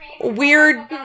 weird